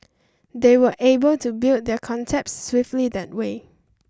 they were able to build their concept swiftly that way